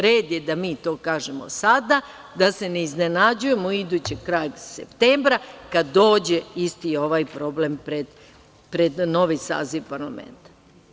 Red je da mi to kažemo sada, da se ne iznenađujemo idućeg septembra, kad dođe isti ovaj problem pred novi saziv parlamenta.